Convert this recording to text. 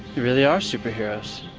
really are superheroes.